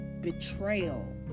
betrayal